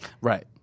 Right